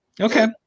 Okay